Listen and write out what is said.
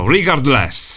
Regardless